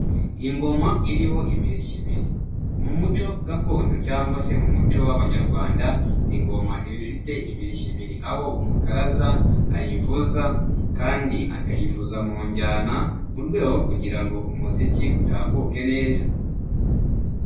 Ingoma iriho imirishyo ibiri mu muco gakondo cyangwa se mu muco w'abanyarwanda, ingoma ibafite imirish ibiri aho umukaraza ayivuza kandi akayivuza mu njyana, mu rwego kugira ngo umuziki utambuke neza.